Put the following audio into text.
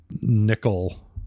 nickel